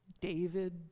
David